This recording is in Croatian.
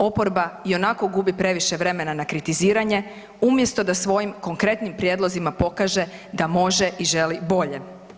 Oporba ionako gubi previše vremena na kritiziranje umjesto da svojim konkretnim prijedlozima pokaže da može i želi bolje.